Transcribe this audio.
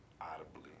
audibly